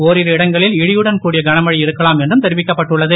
ஓரிரு இடங்களில் இடியுடன் கூடிய கனமழை இருக்கலாம் என்றும் தெரிவிக்கப்பட்டுள்ளது